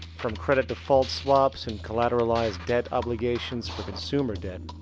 from credit default swaps and collateralized debt obligations for consumer debt,